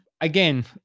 again